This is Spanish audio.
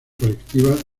colectivas